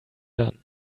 done